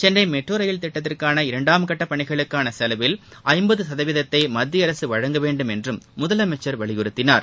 Chennai metro rail திட்டத்திற்கான இரண்டாம்கட்ட பணிகளுக்கான செலவில் ஜம்பது சதவீதத்தை மத்திய அரசு வழங்கவேண்டும் என்றும் முதலமைச்சர் வலியுறுத்தினார்